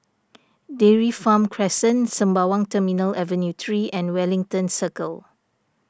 Dairy Farm Crescent Sembawang Terminal Avenue three and Wellington Circle